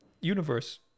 universe